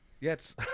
Yes